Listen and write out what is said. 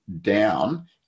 down